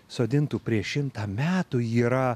sodintų prieš šimtą metų jie yra